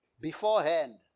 Beforehand